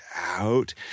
out